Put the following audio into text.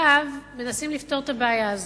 עכשיו מנסים לפתור את הבעיה הזאת.